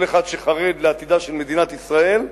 כל אחד שחרד לעתידה של מדינת ישראל,